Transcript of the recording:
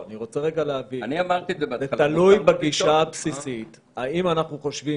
זה תלוי בגישה הבסיסית האם אנחנו חושבים